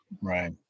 Right